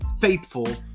faithful